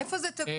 עידן איפה זה תקוע?